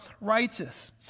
righteous